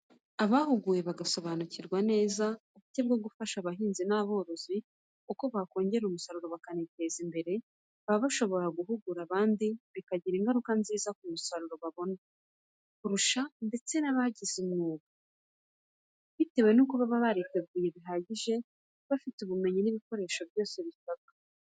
Abahuguwe, bagasobanukirwa neza uburyo bwo gufasha abahinzi n'aborozi uko bakongera umusaruro bakaniteza imbere, baba bashobora guhugura abandi bikagira ingaruka nziza ku musaruro babona, kurusha ndetse n'ababigize umwuga, bitewe n'uko baba bariteguye bihagije, bafite ubumenyi n'ibikoresho byose bisabwa.